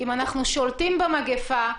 אם אנחנו שולטים במגפה,